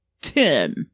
Ten